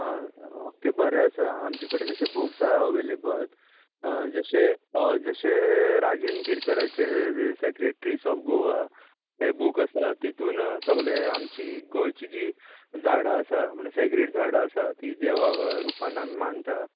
आं ओके बरें आसा आमचे कडेन तशें बुक्स आसा अवेलेबल जशे जशे राजेंद्र केरकाराचे सेक्रेट्रीस ऑफ गोवा हें बूक आसा तितून सगले आमची गोंयचीं जीं झाडां आसा म्हणजे सेग्रेड झाडां आसा ती देवा रुपान आमी मानता